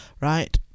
right